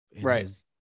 right